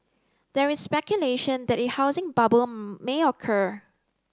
there is speculation that a housing bubble may occur